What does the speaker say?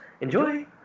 enjoy